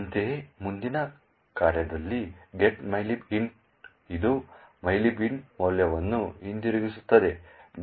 ಅಂತೆಯೇ ಮುಂದಿನ ಕಾರ್ಯದಲ್ಲಿ get mylib int ಇದು mylib int ಮೌಲ್ಯವನ್ನು ಹಿಂದಿರುಗಿಸುತ್ತದೆ